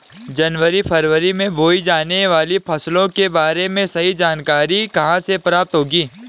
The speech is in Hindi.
जनवरी फरवरी में बोई जाने वाली फसलों के बारे में सही जानकारी कहाँ से प्राप्त होगी?